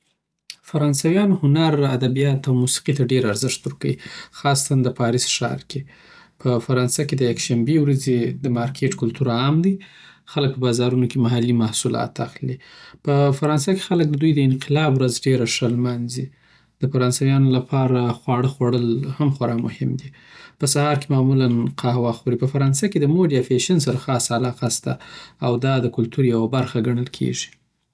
فرانسویان هنر، ادبیات او موسیقي ته ډیر ارزښت ورکوي، خاصتاً د پاریس ښار کې. په فرانسه کې د یک شنبی ورځی دمارکیټ کلتور عام دی، خلک په بازارو کې محلي محصولات اخلي. په فرانسه کې خلک د دوی دانقلاب ورځ ډیره ښه لمانځي د فرانسویانو لپاره خواړه خوړل هم خورا مهم دی په سهار کې معمولا قهوه خوري. په فرانسه کې د مود یا فیشن سره خاصه علاقه شته، او دا د کلتور یوه برخه ګنل کیږی